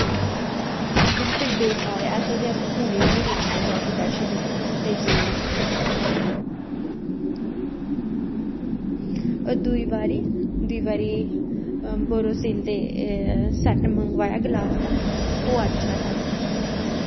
बिल्कुल बेकार ऐसा ते ऐसा पूने बी नां लैन्ने जैसे बैड्ड शीट न भेजी दियां दुई बारी बरोसेल दे सैटेट मंगवाया गलाफ दा ओह् अच्छा हा